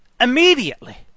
Immediately